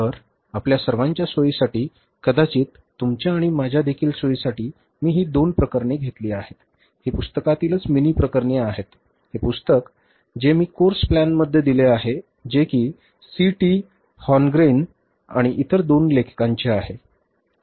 तर आपल्या सर्वांच्या सोयीसाठी कदाचित तुमच्या आणि माझ्या देखील सोयीसाठी मी ही दोन प्रकरणे घेतली आहेत ही पुस्तकातीलच मिनी प्रकरणे आहेत ते पुस्तक जे मी कोर्स प्लॅनमध्ये दिले आहेत जे कि सी टी हॉरंग्रेन आणि इतर दोन लेखकांचे आहे